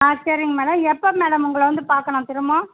ஆ சரிங் மேடம் எப்போ மேடம் உங்களை வந்து பார்க்கணும் திரும்ப